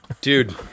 dude